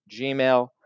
Gmail